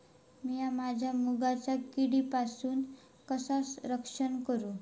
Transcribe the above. मीया माझ्या मुगाचा किडीपासून कसा रक्षण करू?